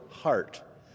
heart